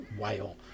whale